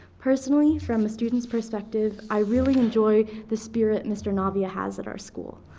personally, from a student's perspective, i really enjoy the spirit mr. navia has at our school.